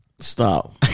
Stop